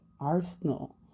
arsenal